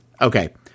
Okay